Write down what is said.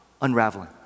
Unraveling